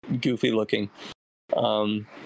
goofy-looking